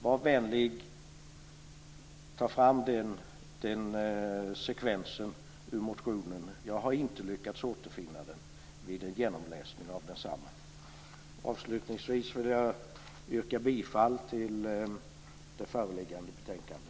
Var vänlig och tag fram den sekvensen ur motionen. Jag har inte lyckats återfinna den vid en genomläsning av densamma. Avslutningsvis vill jag yrka bifall till utskottets hemställan i det föreliggande betänkandet.